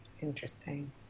interesting